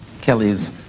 Kelly's